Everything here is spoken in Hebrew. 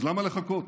אז למה לחכות,